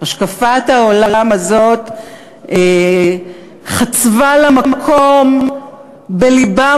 השקפת העולם הזאת חצבה לה מקום בלבם